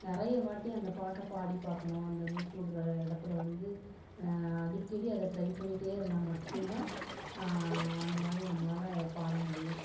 நிறைய வாட்டி அந்த பாட்டை பாடி பார்க்கணும் அந்த மூச்சுவிட்ற இடத்துல வந்து அடிக்கடி அதை ட்ரை பண்ணிகிட்டே இருந்தால் மட்டும்தான் அந்தமாதிரி நம்மளால் பாடமுடியும்